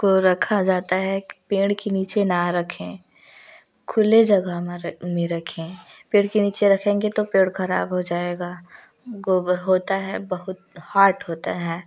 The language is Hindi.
को रखा जाता है कि पेड़ के नीचे ना रखें खुले जगह में रखें पेड़ के नीचे रखेंगे तो पेड़ खराब हो जाएगा गोबर होता है बहुत हार्ड होता है